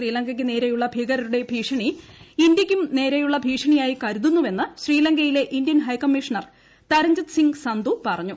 ശ്രീലങ്കയ്ക്ക് നേരെയ്യുള്ളൂ ഭീകരരുടെ ഭീഷണി ഇന്ത്യയ്ക്കും നേരെയുള്ള ഭീഷ്ട്രണിയായി കരുതുന്നുവെന്ന് ശ്രീലങ്കയിലെ ഇന്ത്യൻ ഹൈക്മ്മ്യീഷണർ തരഞ്ജിത് സിങ് സന്ധു പറഞ്ഞു